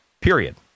period